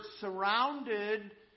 surrounded